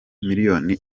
miliyoni